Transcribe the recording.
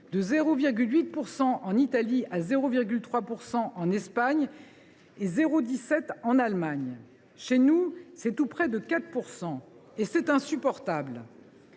: 0,8 % en Italie, 0,3 % en Espagne, 0,17 % en Allemagne. Chez nous, il est tout près de 4 %, et c’est insupportable.